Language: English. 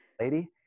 lady